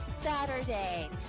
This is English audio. Saturday